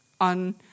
on